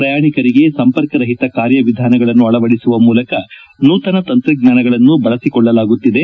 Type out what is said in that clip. ಪ್ರಯಾಣಿಕರಿಗೆ ಸಂಪರ್ಕರಹಿತ ಕಾರ್ಯವಿಧಾನಗಳನ್ನು ಅಳವಡಿಸುವ ನೂತನ ತಂತ್ರಜ್ಞಾನಗಳನ್ನು ಬಳಸಿಕೊಳ್ಳಲಾಗುತ್ತಿದೆ